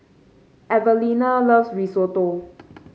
Evalena loves Risotto